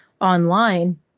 online